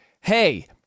hey